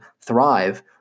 thrive